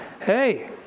Hey